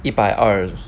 一百二十